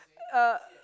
uh